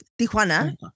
Tijuana